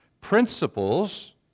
principles